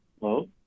Hello